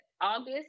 August